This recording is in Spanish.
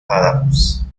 adams